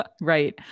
right